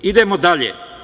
Idemo dalje.